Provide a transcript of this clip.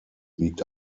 liegt